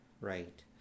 Right